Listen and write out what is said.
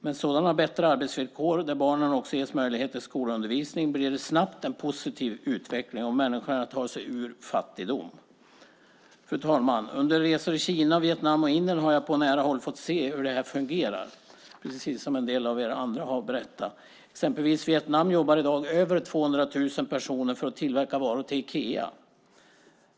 Med sådana bättre arbetsvillkor där barnen också ges möjlighet till skolundervisning blir det snabbt en positiv utveckling och människorna tar sig ur fattigdom. Fru talman! Under resor i Kina, Vietnam och Indien har jag på nära håll fått se hur detta fungerar, precis som en del andra har berättat. I exempelvis Vietnam jobbar i dag över 200 000 personer med att tillverka varor åt Ikea.